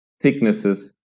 thicknesses